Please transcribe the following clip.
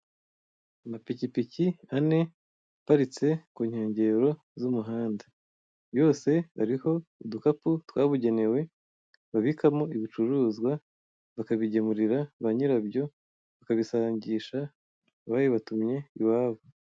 Amapikipiki ane yose aparitse ku nkengero z'umuhanda yose ariho udukapu twabugenewe babikamo ibicuruzwa bakabigemurira ba nyirabyo bakabisangisha ababibatumye iwabo.